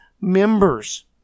members